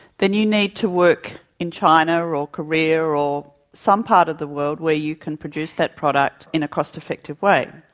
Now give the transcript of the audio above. then you need to work in china or or korea or or some part of the world where you can produce that product in a cost-effective way.